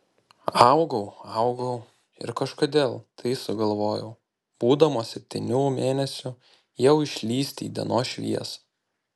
augau augau ir kažkodėl tai sugalvojau būdamas septynių mėnesių jau išlįsti į dienos šviesą